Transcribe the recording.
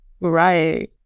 Right